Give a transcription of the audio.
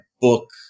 book